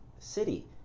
city